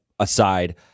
aside